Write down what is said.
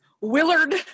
Willard